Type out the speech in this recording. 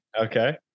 Okay